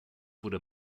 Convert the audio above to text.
wurde